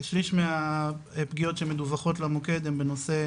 כשליש מהפגיעות שמדווחות למוקד הן בנושא